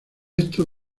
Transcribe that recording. estos